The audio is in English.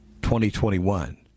2021